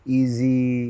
Easy